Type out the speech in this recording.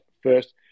first